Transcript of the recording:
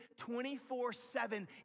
24-7